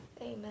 Amen